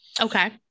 Okay